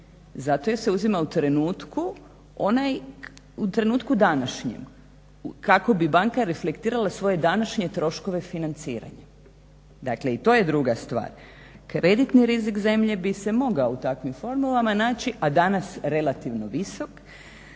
zato jer se uzima u trenutku današnjem kako bi banka reflektirala svoje današnje troškove financiranja. Dakle, i to je druga stvar. Kreditni rizik zemlje bi se mogao u takvim formulama naći, a danas relativno visok,